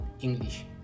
english